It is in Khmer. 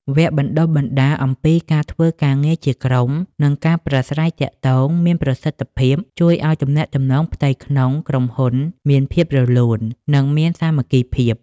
វគ្គបណ្ដុះបណ្ដាលអំពីការធ្វើការងារជាក្រុម និងការប្រាស្រ័យទាក់ទងមានប្រសិទ្ធភាព ជួយឱ្យទំនាក់ទំនងផ្ទៃក្នុងក្រុមហ៊ុនមានភាពរលូន និងមានសាមគ្គីភាព។